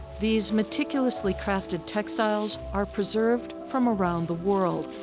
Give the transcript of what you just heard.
these meticulously crafted textiles are preserved from around the world,